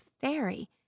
fairy